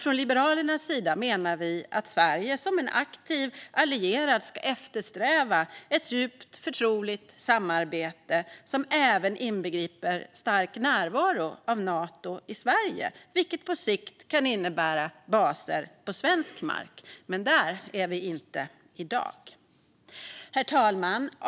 Från Liberalernas sida menar vi att Sverige som en aktiv allierad ska eftersträva ett djupt och förtroligt samarbete som även inbegriper stark närvaro av Nato i Sverige, vilket på sikt kan innebära baser på svensk mark. Men där är vi inte i dag. Herr talman!